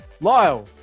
Lyle